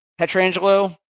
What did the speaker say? Petrangelo